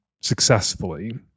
successfully